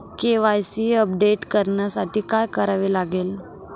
KYC update करण्यासाठी काय करावे लागेल?